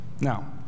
Now